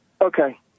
Okay